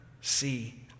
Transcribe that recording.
see